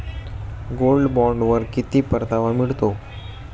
Gold बॉण्डवर किती परतावा मिळतो?